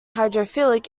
hydrophilic